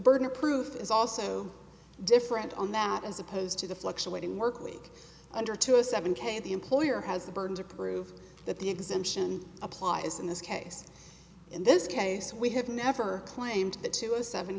burden of proof is also different on that as opposed to the fluctuating workweek under to a seven k the employer has the burden to prove that the exemption applies in this case in this case we have never claimed that to a seven